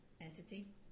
entity